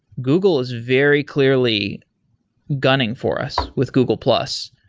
google is very clearly gunning for us with google plus.